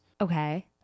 Okay